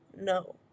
no